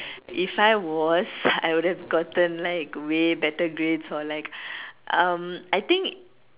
if I was I'll have gotten like way better grades or like um I think